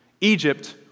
Egypt